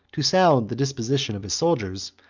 to sound the disposition of his soldiers,